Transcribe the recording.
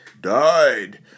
Died